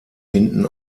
hinten